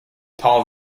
paul